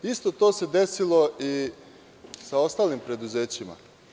Isto to se desilo i sa ostalim preduzećima.